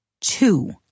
Two